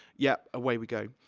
yeah, away we go.